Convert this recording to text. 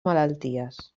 malalties